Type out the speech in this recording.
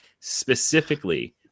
specifically